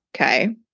Okay